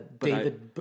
David